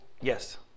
Yes